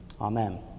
Amen